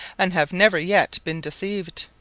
and have never yet been deceived.